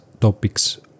topics